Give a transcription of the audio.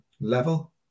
level